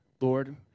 Lord